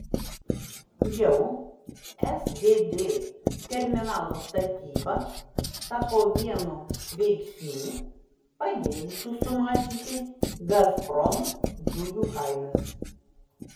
jau sgd terminalo statyba tapo vienu veiksnių padėjusių sumažinti gazprom dujų kainas